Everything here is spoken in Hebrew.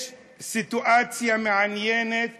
יש סיטואציה מעניינת